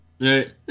Right